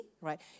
right